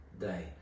day